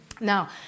Now